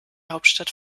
hauptstadt